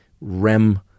REM